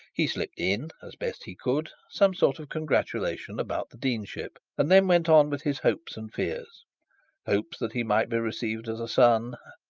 he slipped in, as best he could, some sort of congratulation about the deanship, and then went on with his hopes and fears hopes that he might be received as a son,